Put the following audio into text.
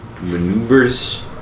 maneuvers